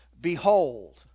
behold